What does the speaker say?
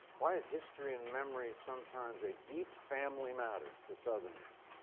why is history and memory sometimes a deep family matter, to southerners?